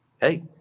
hey